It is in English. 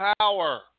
power